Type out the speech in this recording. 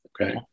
Okay